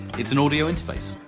it's an audio interface.